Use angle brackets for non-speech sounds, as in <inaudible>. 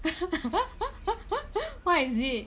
<laughs> what is it